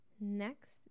Next